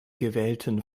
gewählten